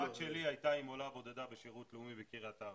הבת שלי הייתה עם עולה בודדה בשירות לאומי בקרית ארבע,